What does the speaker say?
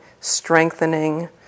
strengthening